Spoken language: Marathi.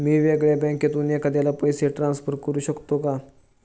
मी वेगळ्या बँकेतून एखाद्याला पैसे ट्रान्सफर करू शकतो का?